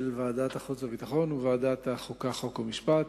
של ועדת החוץ והביטחון ושל ועדת החוקה, חוק ומשפט.